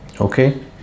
Okay